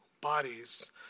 bodies